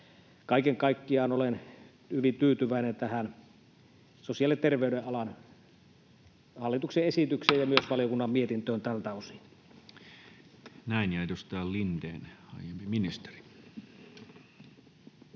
Kaiken kaikkiaan olen hyvin tyytyväinen tähän sosiaali‑ ja terveydenalan hallituksen esitykseen ja myös valiokunnan mietintöön tältä osin. [Speech 138] Speaker: Toinen